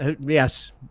yes